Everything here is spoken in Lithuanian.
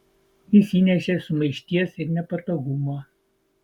jis įnešė sumaišties ir nepatogumo